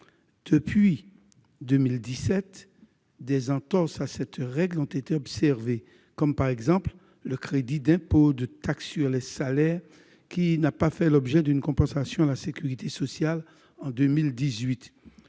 Depuis 2017, des entorses à cette règle ont été observées. Par exemple, le crédit d'impôt sur la taxe sur les salaires (CITS) n'a pas fait l'objet d'une compensation à la sécurité sociale en 2018.